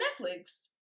Netflix